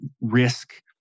risk